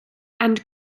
and